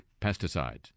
pesticides